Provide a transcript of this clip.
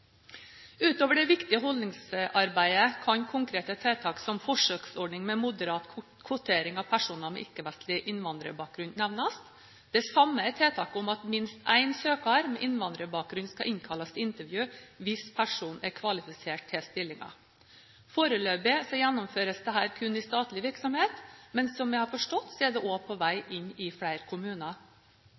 Utover det viktige holdningsarbeidet kan konkrete tiltak som forsøksordning med moderat kvotering av personer med ikke-vestlig innvandrerbakgrunn nevnes. Det samme kan tiltaket om at minst én søker med innvandrerbakgrunn skal innkalles til intervju, hvis personen er kvalifisert til stillingen. Foreløpig gjennomføres dette kun i statlig virksomhet, men som jeg har forstått, er det òg på vei inn i flere kommuner.